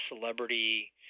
celebrity